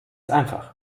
einfach